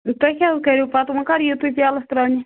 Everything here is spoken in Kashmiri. تۄہہِ کیٛاہ حظ کریو پَتہٕ وۄنۍ کَر یِیِو تُہۍ پیٛالَس ترٛوانہِ